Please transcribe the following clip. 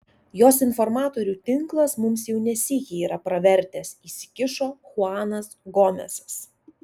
jos informatorių tinklas mums jau ne sykį yra pravertęs įsikišo chuanas gomesas